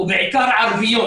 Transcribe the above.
ובעיקר ערביות.